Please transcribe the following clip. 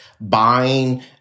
buying